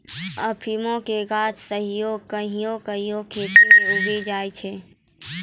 अफीमो के गाछ सेहो कहियो कहियो खेतो मे उगी जाय छै